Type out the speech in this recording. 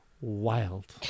wild